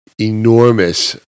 enormous